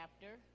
chapter